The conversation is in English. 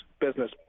business